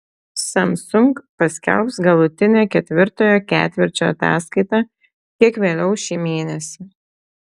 samsung paskelbs galutinę ketvirtojo ketvirčio ataskaitą kiek vėliau šį mėnesį